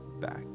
back